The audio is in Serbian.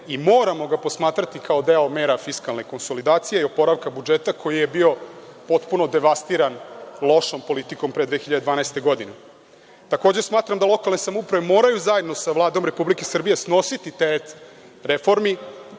i moramo ga posmatrati kao deo mera fiskalne konsolidacije i oporavka budžeta koji je bio potpuno devastiran lošom politikom pre 2012. godine. Takođe, smatram da lokalne samouprave moraju zajedno sa Vladom Republike Srbije snositi teret reformi,